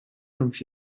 fünf